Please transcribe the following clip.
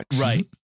Right